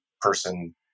person